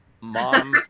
mom